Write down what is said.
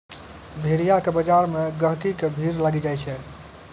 भेड़िया के बजार मे गहिकी के भीड़ लागै छै